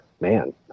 man